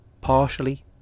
partially